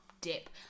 dip